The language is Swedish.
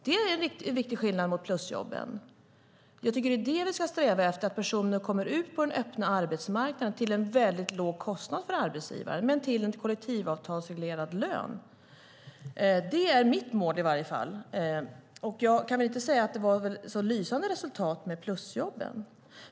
Det är en viktig skillnad mot plusjobben. Jag tycker att det är det vi ska sträva efter, att personer kommer ut på den öppna arbetsmarknaden till en väldigt låg kostnad för arbetsgivare men till en kollektivavtalsreglerad lön. Det är mitt mål i alla fall. Jag kan väl inte säga att det var ett så lysande resultat av plusjobben.